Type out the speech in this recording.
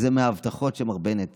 זה מההבטחות שמר בנט